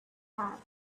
pouch